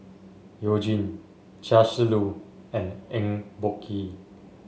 You Jin Chia Shi Lu and Eng Boh Kee